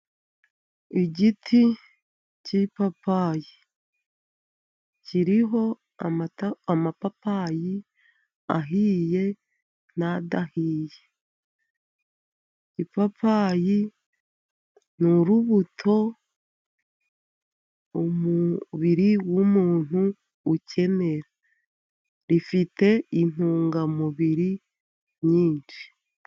Igiti cy'ipapayi, kiriho amapapayi ahiye n'ayadahiye. Ipapayi ni urubuto umubiri w'umuntu ukenera, rifite intungamubiri nyinshi.